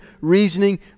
reasoning